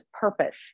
purpose